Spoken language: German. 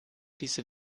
diese